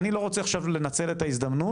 אני לא רוצה עכשיו לנצל את ההזדמנות,